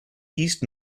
east